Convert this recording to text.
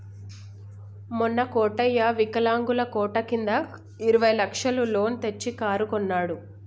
మొన్న కోటయ్య వికలాంగుల కోట కింద ఇరవై లక్షల లోన్ తెచ్చి కారు కొన్నడు